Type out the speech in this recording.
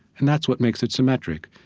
and that's what makes it symmetric.